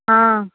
ହଁ